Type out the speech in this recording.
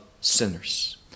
sinners